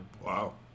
Wow